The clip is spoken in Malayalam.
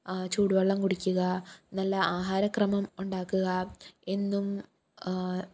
ചൂടുവെള്ളം കുടിക്കുക നല്ല ആഹാരക്രമം ഉണ്ടാക്കുക എന്നും